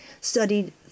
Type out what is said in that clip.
studied